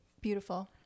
beautiful